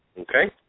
Okay